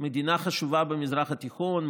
מדינה חשובה במזרח התיכון,